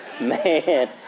Man